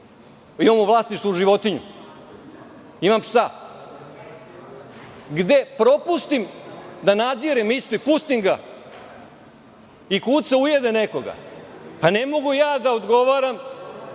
imam u vlasništvu životinju, imam psa, gde propustim da nadzirem istog i pustim ga i kuca ujede nekoga. Pa, ne mogu ja da odgovaram